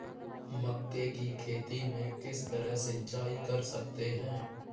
मक्के की खेती में किस तरह सिंचाई कर सकते हैं?